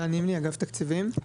אגף התקציבים.